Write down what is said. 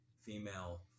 female